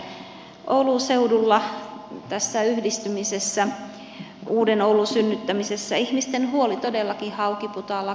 oulun seudulla tässä yhdistymisessä uuden oulun synnyttämisessä ihmisten huoli todellakin haukiputaalla kiimingissä ja niin edelleen